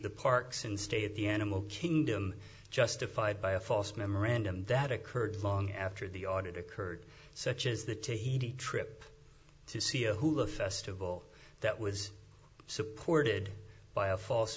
the parks and state the enema kingdom justified by a false memorandum that occurred long after the audit occurred such as the take he trip to see a hula festival that was supported by a false